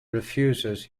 refuses